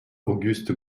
auguste